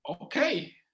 Okay